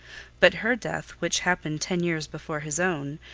but her death, which happened ten years before his own,